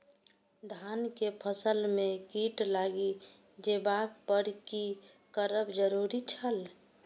धान के फसल में कीट लागि जेबाक पर की करब जरुरी छल?